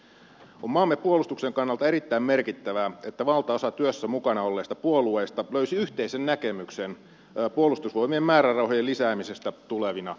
on maamme puolustuksen kannalta erittäin merkittävää että valtaosa työssä mukana olleista puolueista löysi yhteisen näkemyksen puolustusvoimien määrärahojen lisäämisestä tulevina vuosina